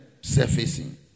surfacing